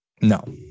No